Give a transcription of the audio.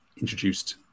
introduced